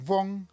Wong